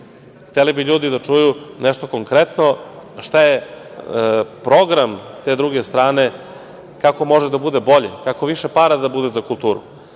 htelo. Hteli bi ljudi da čuju nešto konkretno, a šta je program te druge strane, kako može da bude bolje, kako više para da bude za kulturu,